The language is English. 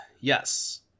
yes